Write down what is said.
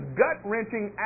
gut-wrenching